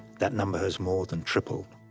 that number has more than tripled,